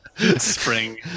Spring